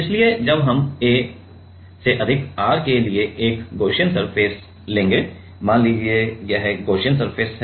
इसलिए जब हम a से अधिक r के लिए एक गॉसियन सरफेस लेंगे मान लीजिए कि यह गॉसियन सरफेस है